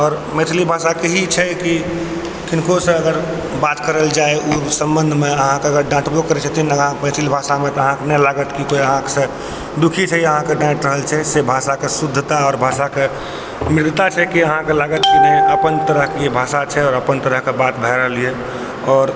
आओर मैथिली भाषा के ही छै की किनको सँ अगर बात करल जाए ओ सम्बन्ध मे अहाँके अगर डांटबो करै छथिन मैथिल भाषा मे अहाँ अपने लागत की कोइ अहाँ सँ दुखी छै या अहाँके डाँटि रहल छै से भाषा के शुद्धता आओर भाषा के मधुरता छै की अहाँके लागत की नहि अपन तरह के भाषा छै और अपन तरह के बात भए रहल यऽ आओर